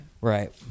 Right